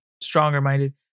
stronger-minded